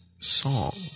Song